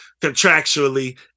contractually